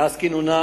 מאז כינונה